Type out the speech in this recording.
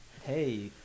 Hey